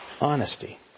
Honesty